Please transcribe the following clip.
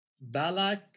Balak